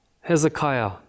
Hezekiah